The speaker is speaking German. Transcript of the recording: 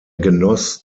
genoss